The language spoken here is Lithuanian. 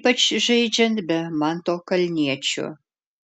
ypač žaidžiant be manto kalniečio